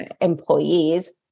employees